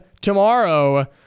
tomorrow